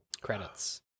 Credits